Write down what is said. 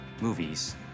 movies